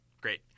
Great